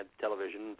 television